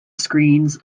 screens